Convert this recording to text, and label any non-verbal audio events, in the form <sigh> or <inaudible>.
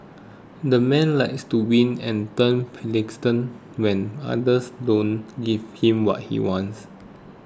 the man likes to win and turns <unintelligible> when others don't give him what he wants